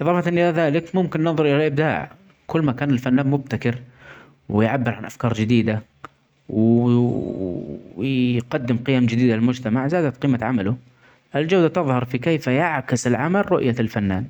اضافتة الي ذلك ممكن ننظر الي الابداع كل ما كان الانسان مبدع ويعبر عن افكار جديده ويقدم قيم جديده للمجتمع ذادت قيمة عمله هالجهد تظهر في كيف يعكس العمل رؤية الفنان